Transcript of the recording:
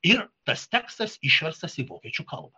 ir tas tekstas išverstas į vokiečių kalbą